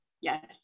Yes